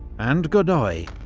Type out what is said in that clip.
and godoy,